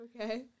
Okay